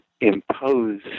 impose